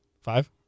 Five